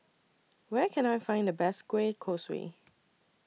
Where Can I Find The Best Kueh Kosui